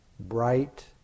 bright